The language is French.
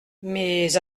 mais